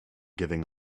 giving